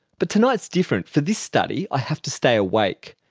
but tonight's different. for this study i have to stay awake.